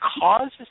causes